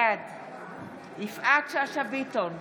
בעד יפעת שאשא ביטון,